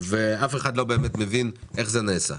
ואף אחד לא באמת מבין איך זה נעשה.